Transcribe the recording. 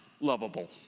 lovable